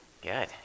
Good